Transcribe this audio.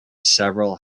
several